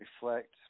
Reflect